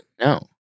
No